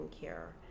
care